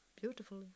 Beautiful